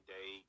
Day